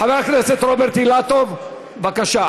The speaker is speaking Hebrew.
חבר הכנסת רוברט אילטוב, בבקשה.